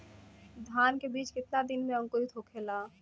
धान के बिज कितना दिन में अंकुरित होखेला?